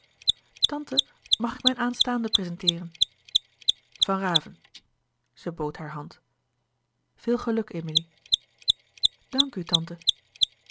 tante mag ik mijn aanstaande prezenteeren van raven zij bood hare hand veel geluk emilie dank u tante